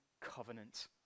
covenant